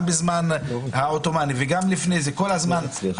גם בתקופה העות'מאנית ולפני כן,